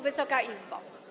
Wysoka Izbo!